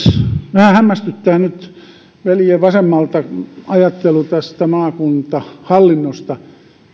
vähän hämmästyttää nyt veljien vasemmalta ajattelu tästä maakuntahallinnosta